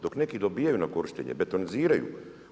Dok neki dobijaju na korištenje, betoniziraju.